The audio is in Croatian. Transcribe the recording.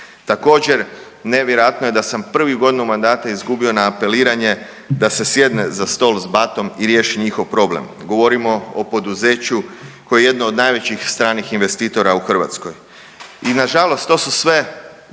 Također nevjerojatno je da sam prvu godinu mandata izgubio na apeliranje da se sjedne za stol s Batom i riješi njihov problem, govorimo o poduzeću koje je jedno od najvećih stranih investitora u Hrvatskoj. I nažalost to su sve